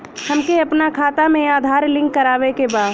हमके अपना खाता में आधार लिंक करावे के बा?